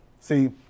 see